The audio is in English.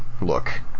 look